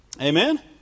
Amen